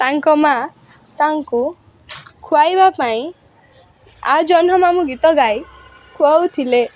ତାଙ୍କ ମାଆ ତାଙ୍କୁ ଖୁଆଇବା ପାଇଁ ଆ ଜହ୍ନମାମୁଁ ଗୀତ ଗାଇ ଖୁଆଉଥିଲେ